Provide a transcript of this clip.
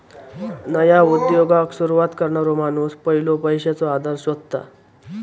नया उद्योगाक सुरवात करणारो माणूस पयलो पैशाचो आधार शोधता